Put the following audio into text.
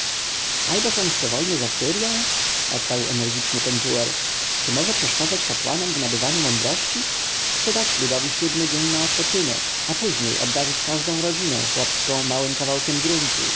alboż on chce wojny z asyrją odparł energicznie pentuer czy może przeszkadza kapłanom w nabywaniu mądrości chce dać ludowi siódmy dzień na odpoczynek a później obdarzyć każdą rodzinę chłopską małym kawałkiem gruntu